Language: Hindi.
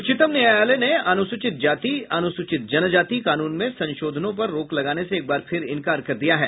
उच्चतम न्यायालय ने अनुसूचित जाति अनुसूचित जनजाति कानून में संशोधनों पर रोक लगाने से एक बार फिर इनकार कर दिया है